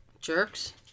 Jerks